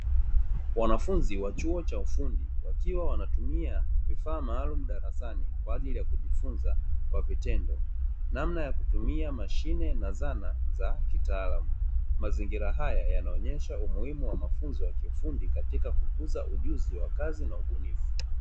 Wanafunzi wa chuo cha ufundi wakiwa wanatumia vifaa maalumu, darasani kwa ajili ya kujifunza kwa vitendo namna ya kutumia mashine na zana za kitaalam mazingira haya yanaonyesha umuhimu wa mafunzo katika kukuza ujuzi wa kazi na ubunifu.